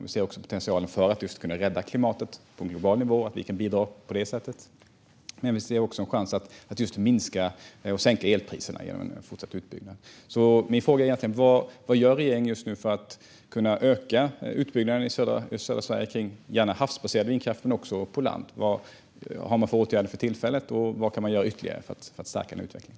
Vi ser en potential att kunna bidra till att rädda klimatet på global nivå, men vi ser också en chans att sänka elpriserna genom en fortsatt utbyggnad. Min fråga är egentligen: Vad gör regeringen just nu för att öka utbyggnaden i södra Sverige av gärna havsbaserad vindkraft men också vindkraft på land? Vad har man för åtgärder för tillfället, och vad kan man göra ytterligare för att stärka den här utvecklingen?